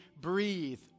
breathe